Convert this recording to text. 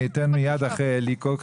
אני אתן להם לדבר מיד אחרי אליקו,